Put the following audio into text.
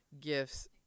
gifts